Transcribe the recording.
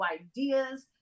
ideas